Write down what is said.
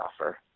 offer